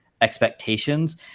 expectations